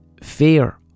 fear